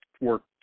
work